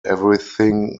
everything